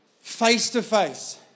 face-to-face